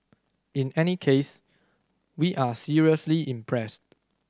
in any case we are seriously impressed